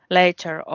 later